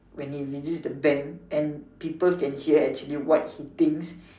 when he visit the bank and people can hear actually what he thinks